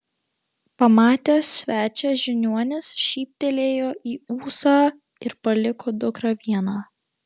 pamatęs svečią žiniuonis šyptelėjo į ūsą ir paliko dukrą vieną